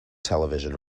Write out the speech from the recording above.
television